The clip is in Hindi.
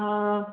हाँ